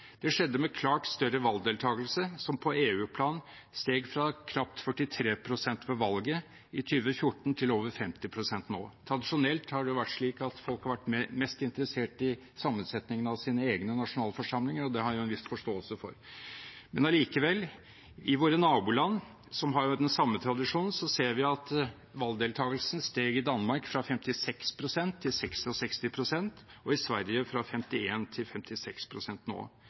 Det skjedde med klart større valgdeltakelse, som på EU-plan steg fra knapt 43 pst. ved valget i 2014 til over 50 pst. nå. Tradisjonelt har det vært slik at folk har vært mest interessert i sammensetningen av sine egne nasjonalforsamlinger, og det har jeg en viss forståelse for. Men allikevel: I våre naboland, som har den samme tradisjonen, ser vi at valgdeltakelsen i Danmark steg fra 56 pst. i 2014 til 66 pst. nå, og i Sverige fra 51 pst. i 2014 til 56 pst. nå.